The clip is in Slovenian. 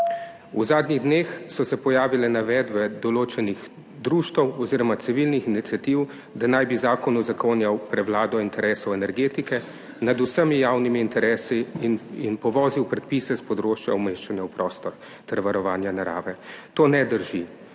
V zadnjih dneh so se pojavile navedbe določenih društev oziroma civilnih iniciativ, da naj bi zakon uzakonjal prevlado interesov energetike nad vsemi javnimi interesi in povozil predpise s področja umeščanja v prostor ter varovanja narave. To ne drži.